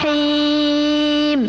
he